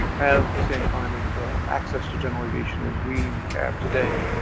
have the same kind of access to general aviation as we have today.